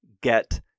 get